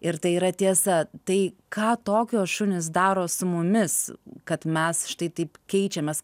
ir tai yra tiesa tai ką tokio šunys daro su mumis kad mes štai taip keičiamės